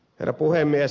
herra puhemies